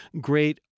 great